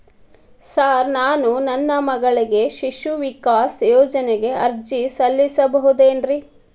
Sir ನಾನು ನನ್ನ ಮಗಳಿಗೆ ಶಿಶು ವಿಕಾಸ್ ಯೋಜನೆಗೆ ಅರ್ಜಿ ಸಲ್ಲಿಸಬಹುದೇನ್ರಿ?